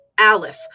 Aleph